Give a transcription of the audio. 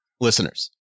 Listeners